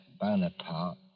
Bonaparte